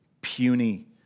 puny